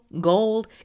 gold